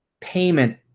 payment